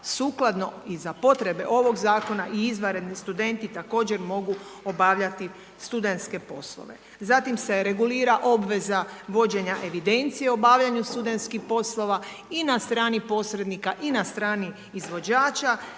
sukladno i za potrebe ovog zakona i izvanredni studenti također mogu obavljati studentske poslove. Zatim se regulira obveza vođenja evidencije o obavljanju studentskih poslova i na strani posrednika i na strani izvođača,